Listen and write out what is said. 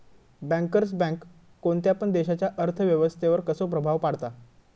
Bankers bank कोणत्या पण देशाच्या अर्थ व्यवस्थेवर कसो प्रभाव पाडता?